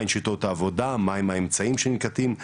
מהן שיטות העבודה מה הם האמצעים שננקטים,